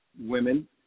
women